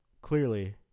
clearly